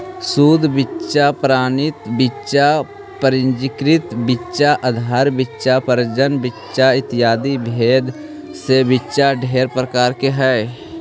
शुद्ध बीच्चा प्रमाणित बीच्चा पंजीकृत बीच्चा आधार बीच्चा प्रजनन बीच्चा इत्यादि भेद से बीच्चा ढेर प्रकार के हई